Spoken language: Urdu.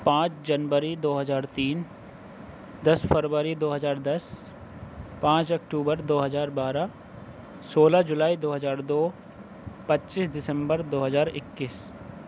پانچ جنوری دو ہزار تین دس فروری دو ہزار دس پانچ اکٹوبر دو ہزار بارہ سولہ جولائی دو ہزار دو پچیس دسمبر دو ہزار اکیس